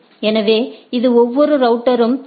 எனவே இது ஒவ்வொரு ரவுட்டரும் எல்